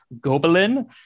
goblin